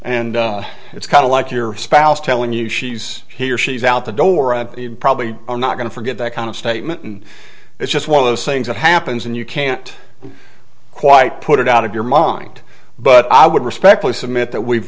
and it's kind of like your spouse telling you she's here she's out the door and you probably are not going to forget that kind of statement and it's just one of those things that happens and you can't quite put it out of your mind but i would respectfully submit that we've